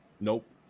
Nope